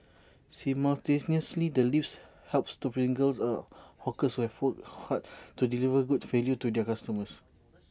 simultaneously the lips helps to single the hawkers we full hard to deliver good value to their customers